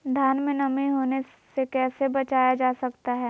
धान में नमी होने से कैसे बचाया जा सकता है?